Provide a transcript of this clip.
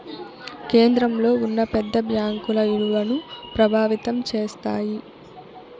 కేంద్రంలో ఉన్న పెద్ద బ్యాంకుల ఇలువను ప్రభావితం చేస్తాయి